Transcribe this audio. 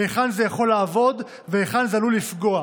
היכן זה יכול לעבוד והיכן זה עלול לפגוע.